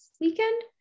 weekend